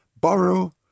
borrow